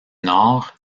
nord